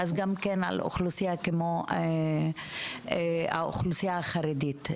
אז גם על אוכלוסייה כמו האוכלוסייה החרדית.